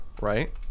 right